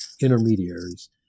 intermediaries